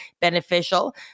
beneficial